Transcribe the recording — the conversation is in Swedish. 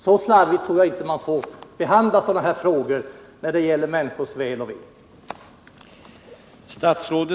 Så slarvigt tror jag inte att man får behandla frågor som gäller människors väl och ve.